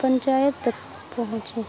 پنچایت تک پہنچے